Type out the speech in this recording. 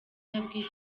yabwiye